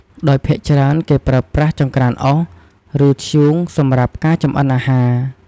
ដោយភាគច្រើនគេប្រើប្រាស់ចង្រ្កានអុស ឬធ្យូងសម្រាប់ការចម្អិនអាហារ។